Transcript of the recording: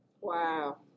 Wow